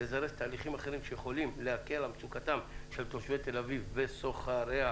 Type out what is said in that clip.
ולזרז תהליכים אחרים שיכולים להקל על מצוקתם של תושבי תל-אביב וסוחריה.